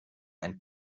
ein